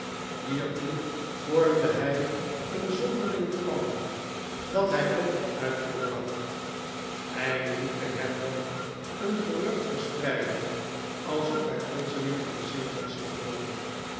hiertoe vormde hij een zonderling plan dat hij ooktenuitvoer bracht hij liet behendig een gerucht verspreiden alsof hij plotseling krankzinnig was geworden